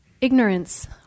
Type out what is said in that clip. ignorance